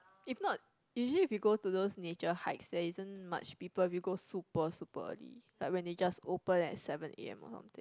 if not usually if you go to those nature hikes there isn't much people if you go super super early like when they just open at seven a_m or something